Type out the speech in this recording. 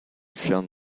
shown